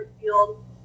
field